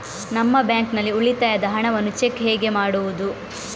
ನಮ್ಮ ಬ್ಯಾಂಕ್ ನಲ್ಲಿ ಉಳಿತಾಯದ ಹಣವನ್ನು ಚೆಕ್ ಹೇಗೆ ಮಾಡುವುದು?